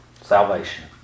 Salvation